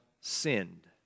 sinned